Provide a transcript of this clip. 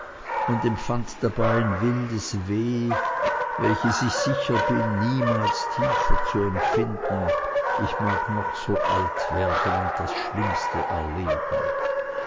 und empfand dabei ein wildes weh welches ich sicher bin niemals tiefer zu empfinden ich mag noch so alt werden und das schlimmste erleben